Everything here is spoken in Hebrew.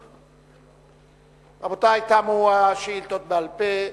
רבותי, תמו השאילתות בעל-פה.